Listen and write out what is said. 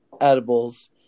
edibles